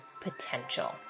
potential